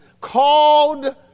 Called